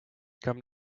come